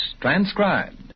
Transcribed